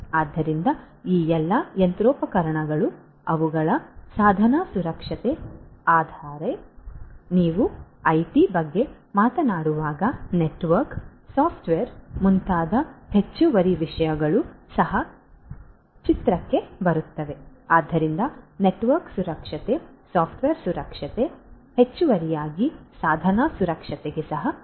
ಆದ್ದರಿಂದ ಈ ಎಲ್ಲಾ ಯಂತ್ರೋಪಕರಣಗಳು ಅವುಗಳ ಸಾಧನ ಸುರಕ್ಷತೆ ಆದರೆ ನೀವು ಐಟಿ ಬಗ್ಗೆ ಮಾತನಾಡುವಾಗ ನೆಟ್ವರ್ಕ್ ಸಾಫ್ಟ್ವೇರ್ ಮುಂತಾದ ಹೆಚ್ಚುವರಿ ವಿಷಯಗಳೂ ಸಹ ಚಿತ್ರಕ್ಕೆ ಬರುತ್ತವೆ ಆದ್ದರಿಂದ ನೆಟ್ವರ್ಕ್ ಸುರಕ್ಷತೆ ಸಾಫ್ಟ್ವೇರ್ ಸುರಕ್ಷತೆ ಹೆಚ್ಚುವರಿಯಾಗಿ ಸಾಧನ ಸುರಕ್ಷತೆಗೆ ಸಹ ಮುಖ್ಯವಾಗಿದೆ